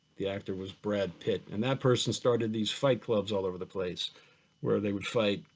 the actor was brad pitt and that person started these fight clubs all over the place where they would fight,